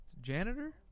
Janitor